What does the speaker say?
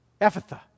Ephatha